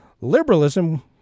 liberalism